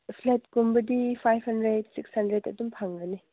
ꯐ꯭ꯂꯦꯠꯀꯨꯝꯕꯗꯤ five hundred six ꯍꯟꯗ꯭ꯔꯦꯠꯇ ꯑꯗꯨꯝ ꯐꯪꯒꯅꯤ